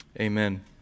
Amen